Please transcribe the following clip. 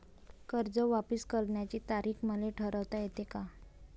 कर्ज वापिस करण्याची तारीख मले ठरवता येते का?